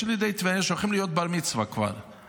יש ילידי טבריה שהולכים להיות בר מצווה כבר,